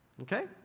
okay